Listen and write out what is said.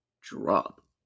drop